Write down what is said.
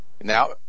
Now